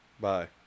Bye